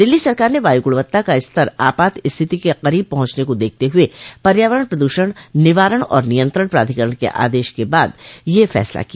दिल्ली सरकार ने वायु गुणवत्ता का स्तर आपात स्थिति के करीब पहुंचने को देखते हुए पर्यावरण प्रदूषण निवारण और नियंत्रण प्राधिकरण के आदेश के बाद यह फसला किया